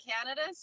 Canada